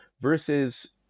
Versus